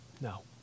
No